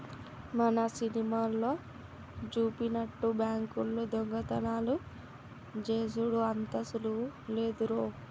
మన సినిమాలల్లో జూపినట్టు బాంకుల్లో దొంగతనాలు జేసెడు అంత సులువు లేదురో